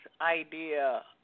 idea